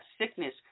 sickness